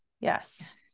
Yes